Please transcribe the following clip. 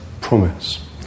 promise